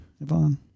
Yvonne